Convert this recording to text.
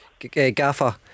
Gaffer